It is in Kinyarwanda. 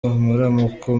amaramuko